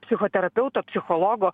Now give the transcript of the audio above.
psichoterapeuto psichologo